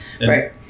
right